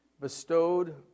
bestowed